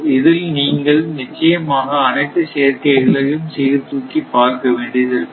இதில் நீங்கள் நிச்சயமாக அனைத்து சேர்க்கை களையும் சீர்தூக்கி பார்க்க வேண்டியது இருக்கும்